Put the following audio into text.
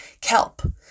kelp